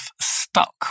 stuck